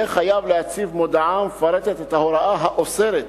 יהיה חייב להציב מודעה המפרטת את ההוראה האוסרת